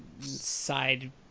side